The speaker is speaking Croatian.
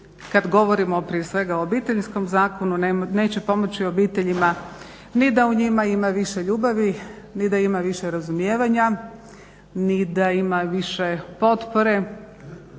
kad govorimo prije svega o Obiteljskom zakonu neće pomoći obiteljima ni da u njima ima više ljubavi, ni da ima više razumijevanja, ni da ima više potpore,